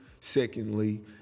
Secondly